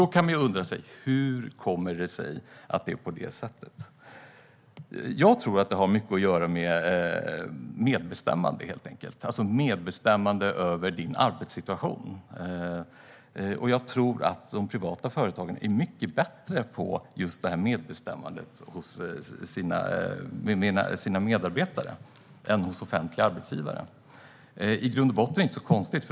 Då kan man undra: Hur kommer det sig att det är på det sättet? Jag tror att det har mycket att göra med medbestämmande över den egna arbetssituationen. Jag tror att de privata företagen är mycket bättre på detta med medarbetarnas medbestämmande än vad offentliga arbetsgivare är. I grund och botten är detta inte så konstigt.